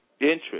interest